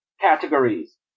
categories